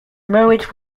marriage